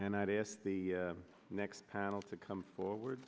and i'd ask the next panel to come forward